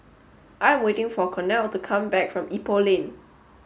I am waiting for Cornel to come back from Ipoh Lane